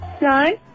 No